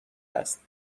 است